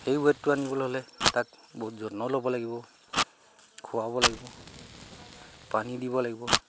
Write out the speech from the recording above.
সেই ৱেটটো আনিবলৈ হ'লে তাক বহুত যত্ন ল'ব লাগিব খুৱাব লাগিব পানী দিব লাগিব